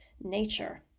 nature